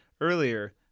earlier